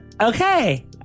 okay